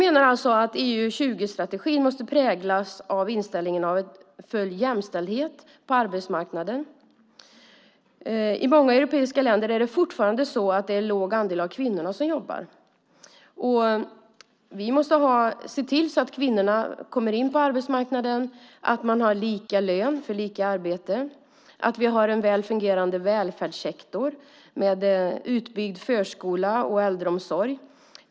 EU 2020-strategin måste präglas av en inställning om full jämställdhet på arbetsmarknaden. I många europeiska länder är det fortfarande en låg andel av kvinnorna som jobbar. Vi måste se till att kvinnorna kommer in på arbetsmarknaden, att vi har lika lön för lika arbete och att vi har en väl fungerande välfärdssektor med utbyggd förskola och äldreomsorg.